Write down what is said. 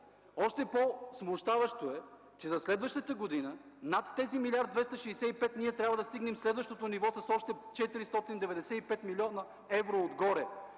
още по-смущаващо е, че за следващата година над 1 милиард 265 милиона ние трябва да стигнем следващото ниво с още 495 милиона евро отгоре.